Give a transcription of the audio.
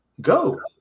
go